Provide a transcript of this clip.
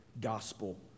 gospel